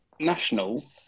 National